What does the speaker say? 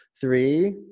three